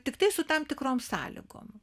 tiktai su tam tikrom sąlygom